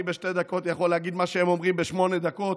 אני בשתי דקות יכול להגיד מה שהם אומרים בשמונה דקות,